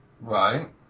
Right